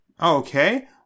Okay